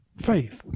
faith